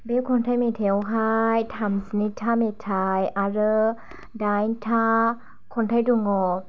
बे खन्थाइ मेथाइयावहाय थामजिनै था मेथाइ आरो दाइन था खन्थाइ दङ